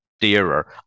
dearer